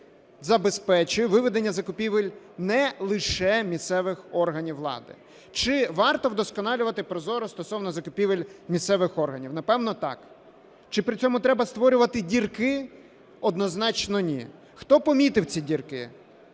забезпечує виведення закупівель не лише місцевих органів влади. Чи варто вдосконалювати ProZorro стосовно закупівель місцевих органів? Напевно, так. Чи при цьому треба створювати дірки? Однозначно, ні. Хто помітив ці дірки?